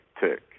Tick